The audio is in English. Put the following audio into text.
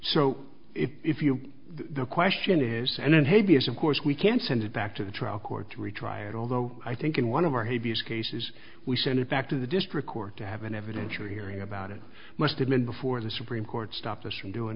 so if you the question is and then to be is of course we can send it back to the trial court to retry it although i think in one of our he views cases we send it back to the district court to have an evidentiary hearing about it must have been before the supreme court stopped us from doing